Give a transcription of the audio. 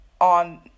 on